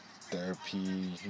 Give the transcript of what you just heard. therapy